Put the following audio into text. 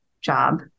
job